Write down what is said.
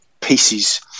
pieces